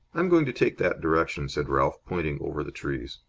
am going to take that direction, said ralph, pointing over the trees.